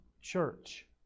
church